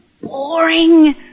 boring